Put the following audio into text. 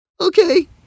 Okay